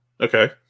Okay